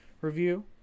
review